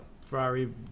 Ferrari